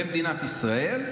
למדינת ישראל,